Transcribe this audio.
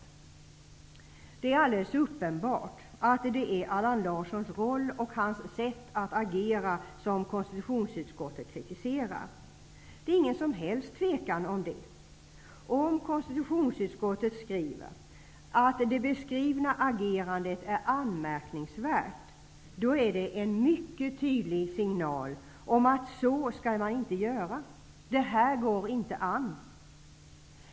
Det är alldeles uppenbart att det är Allan Larssons roll och hans sätt att agera som konstitutionsutskottet kritiserar. Det är ingen som helst tvekan om det. Om konstitutionsutskottet framhåller att det beskrivna agerandet är anmärkningsvärt, är det en mycket tydlig signal att man inte skall göra så. Det går inte an.